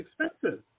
expensive